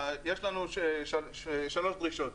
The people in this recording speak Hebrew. יש לנו שלוש דרישות.